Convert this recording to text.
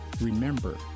remember